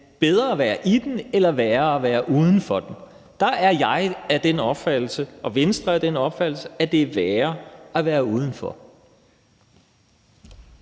bedre at være med i den end at være uden for den? Der er jeg af den opfattelse, og Venstre er af den opfattelse, at det er værre at være uden for